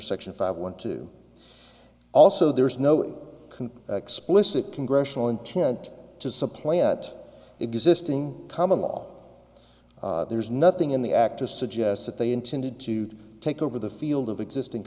section five one two also there is no it explicit congressional intent to supplant existing common law there's nothing in the act to suggest that they intended to take over the field of existing